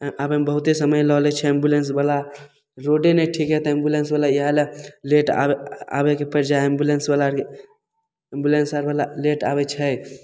आबैमे बहुते समय लऽ लै छै एम्बुलेन्सवला रोडे नहि ठीक हइ तऽ एम्बुलेन्सवला इएहले लेट आ आबैके पड़ि जाइ हइ एम्बुलेन्सवला एम्बुलेन्स आरवला लेट आबै छै